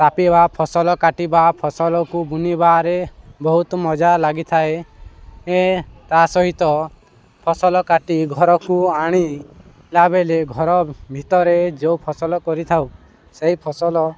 ତାପିବା ଫସଲ କାଟିବା ଫସଲକୁ ବୁନିବାରେ ବହୁତ ମଜା ଲାଗିଥାଏ ଏ ତା' ସହିତ ଫସଲ କାଟି ଘରକୁ ଆଣିିଲା ବେଳେ ଘର ଭିତରେ ଯେଉଁ ଫସଲ କରିଥାଉ ସେଇ ଫସଲ